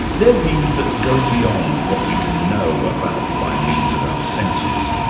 they're views that go beyond what we can know about by means of our senses,